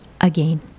again